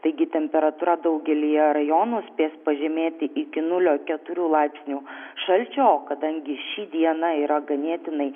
taigi temperatūra daugelyje rajonų spės pažemėti iki nulio keturių laipsnių šalčio kadangi ši diena yra ganėtinai